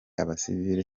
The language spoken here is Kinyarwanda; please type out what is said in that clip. abasivile